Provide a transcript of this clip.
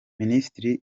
minisitiri